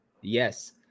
Yes